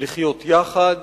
לחיות יחד.